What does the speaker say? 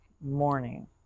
morning